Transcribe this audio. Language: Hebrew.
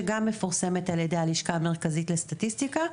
שגם מפורסמת על ידי הלשכה המרכזית לסטטיסטיקה,